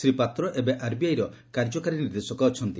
ଶ୍ରୀ ପାତ୍ର ଏବେ ଆରବିଆଇର କାର୍ଯ୍ୟକାରୀ ନିର୍ଦ୍ଦେଶକ ଅଛନ୍ତି